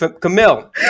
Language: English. Camille